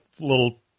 little